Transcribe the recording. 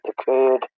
occurred